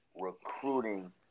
recruiting